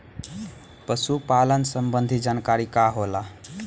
पशु पालन संबंधी जानकारी का होला?